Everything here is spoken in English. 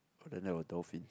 then there was a dolphin